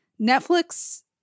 Netflix